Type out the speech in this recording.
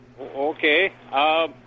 Okay